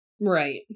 Right